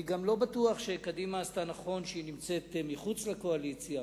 אני גם לא בטוח שקדימה עשתה נכון בכך שהיא נמצאת מחוץ לקואליציה,